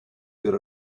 good